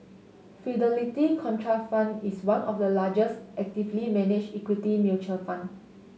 Fidelity Contrafund is one of the largest actively managed equity mutual fund